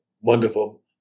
wonderful